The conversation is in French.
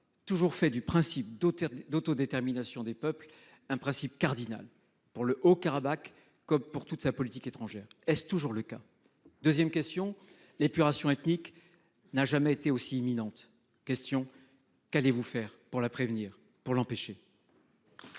Toujours fait du principe d'autres d'autodétermination des peuples est un principe cardinal pour le Haut-Karabakh, comme pour toute sa politique étrangère est toujours le cas. 2ème question l'épuration ethnique n'a jamais été aussi éminente question. Qu'allez-vous faire pour la prévenir pour l'empêcher.